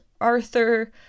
Arthur